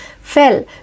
fell